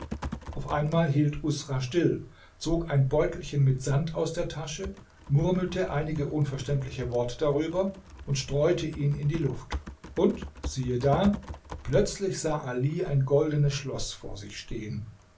auf einmal hielt usra still zog ein beutelchen mit sand aus der tasche murmelte einige unverständliche worte darüber und streute ihn in die luft und siehe da plötzlich sah ali ein goldenes schloß vor sich stehen